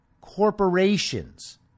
corporations